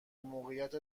موقعیت